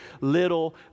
little